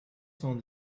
cent